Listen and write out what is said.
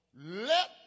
let